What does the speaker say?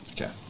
Okay